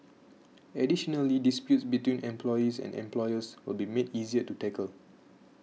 additionally disputes between employees and employers will be made easier to tackle